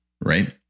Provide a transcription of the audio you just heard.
right